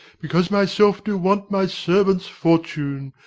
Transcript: because myself do want my servants' fortune.